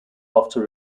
after